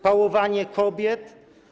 Pałowanie kobiet?